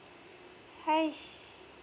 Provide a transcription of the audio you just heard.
hi